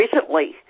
recently